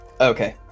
Okay